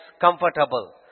comfortable